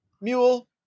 mule